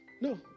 No